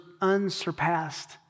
unsurpassed